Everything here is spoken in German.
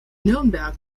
nürnberg